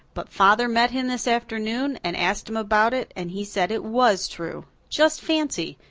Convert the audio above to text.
but father met him this afternoon and asked him about it and he said it was true. just fancy!